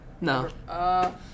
No